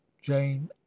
jane